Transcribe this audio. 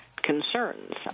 Concerns